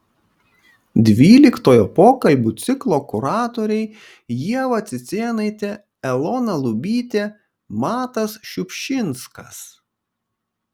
dvyliktojo pokalbių ciklo kuratoriai ieva cicėnaitė elona lubytė matas šiupšinskas